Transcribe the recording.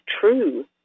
true